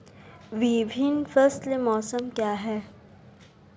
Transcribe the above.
विभिन्न फसल मौसम क्या हैं?